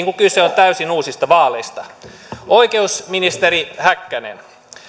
kun kyse on täysin uusista vaaleista oikeusministeri häkkänen